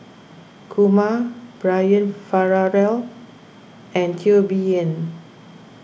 Kumar Brian Farrell and Teo Bee Yen